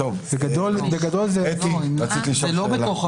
אתי, רצית לשאול שאלה.